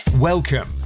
Welcome